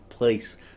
Place